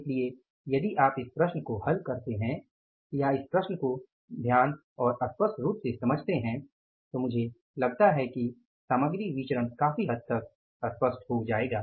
इसलिए यदि आप इस प्रश्न को हल करते हैं या इस प्रश्न को ध्यान और स्पष्ट रूप से समझते हैं तो मुझे लगता है कि सामग्री विचरण काफी हद तक स्पष्ट हो जायेगा